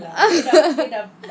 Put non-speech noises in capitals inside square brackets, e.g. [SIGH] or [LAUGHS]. [LAUGHS]